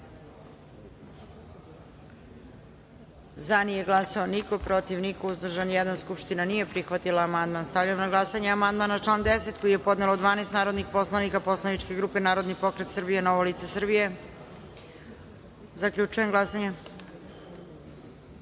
glasanje: za – niko, protiv – niko, uzdržan – jedan. Skupština nije prihvatila amandman. Stavljam na glasanje amandman na član 10. koji je podnelo 12 narodnih poslanika poslaničke grupe Narodni pokret Srbije – Novo lice Srbije. Zaključujem glasanje: